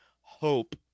hope